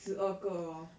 十二个 lor